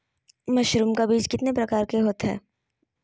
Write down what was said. Mushroom का बीज कितने प्रकार के होते है?